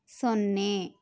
ಸೊನ್ನೆ